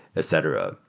etc.